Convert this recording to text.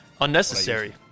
unnecessary